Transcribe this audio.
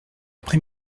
après